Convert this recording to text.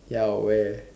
ya where